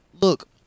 look